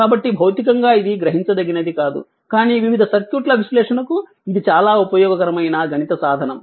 కాబట్టి భౌతికంగా ఇది గ్రహించ దగినది కాదు కానీ వివిధ సర్క్యూట్ ల విశ్లేషణకు ఇది చాలా ఉపయోగకరమైన గణిత సాధనం